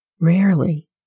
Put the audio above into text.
Rarely